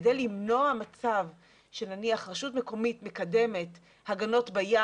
וכדי למנוע מצב שנניח רשות מקומית מקדמת הגנות בים